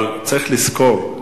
אבל צריך לזכור,